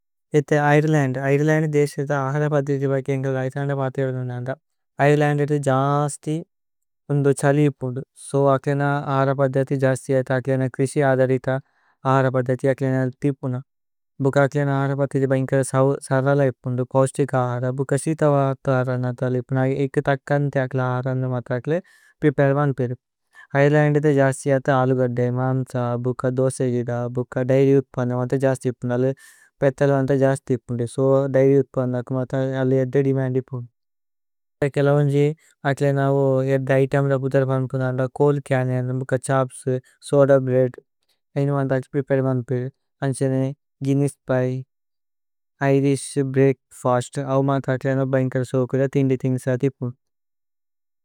ഏഥേ Ireland Ireland ദേസിത അഹര പദ്ദിഥി। ബൈക് ഏന്ഗല് ഐഥന ദ ബതി അദുന് അന്ദ ഇരേലന്ദ്। ജസ്തി ഛലിപുന്ദു സോ അകിലേന അഹര പദ്ദിഥി। ജസ്തി ഏത അകിലേന ക്രിസി അദരിത അഹര പദ്ദിഥി। അകിലേന തിപുന ഭുക്ക അകിലേന അഹര പദ്ദിഥി। ബൈന്കര സരല ഇപുന്ദു പൌസ്തിക അഹര ബുക്ക। സിത വത അഹരന് അതല് ഇപുന ഏകു തക്കന്ഥി। അകില അഹരന് അനു മതകില പ്രേപരേവന് പേരു। ഇരേലന്ദ് ജസ്തി ജത അലു ഗദഏ മമ്സ ബുക്ക ദോസ। ജിഥ ബുക്ക ദൈരി ഉത്പന്ന വത ജസ്തി ഇപുന്ദു। അലു ബേഥല് വത ജസ്തി ഇപുന്ദു സോ ദൈരി ഉത്പന്ന। അകുമത അലു ഏദ്ദ ദേമന്ദ് ഇപുന്ദു കേലേവോന്ജി। അകിലേന ഏദ്ദ ഇതേമ്ല ബുദര് ഭനുപുന്ദന്ദ ചോഅല്। ചന്നോന് ബുക്ക ഛോപ്സ് സോദ ബ്രേഅദ് അനു മതക്ല। പ്രേപരേവന് പേരു അന്സേനേ ഗുഇന്നേസ്സ്। പിഏ ഇരിശ് ബ്രേഅക് ഫസ്ത് അഹു മതക്ലേന ബൈന്കര। സോകുല തിന്ഗ്ദി തിന്ഗ്സ തിപുന്ദു।